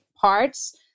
parts